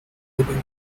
living